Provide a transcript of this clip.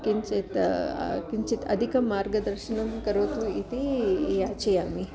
किञ्चित् किञ्चित् अधिकं मार्गदर्शनं करोतु इति याचयामि